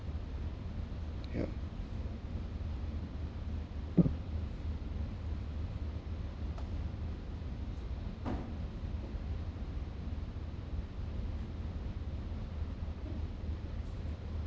yeah